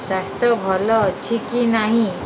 ସ୍ୱାସ୍ଥ୍ୟ ଭଲ ଅଛି କି ନାହିଁ